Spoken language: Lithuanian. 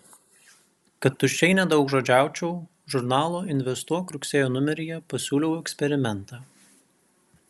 kad tuščiai nedaugžodžiaučiau žurnalo investuok rugsėjo numeryje pasiūliau eksperimentą